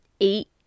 eight